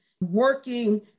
working